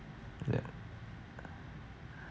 yeah ya